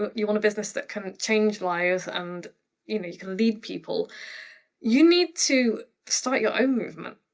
but you want a business that can change lives and you know you can lead people you need to start your own movement.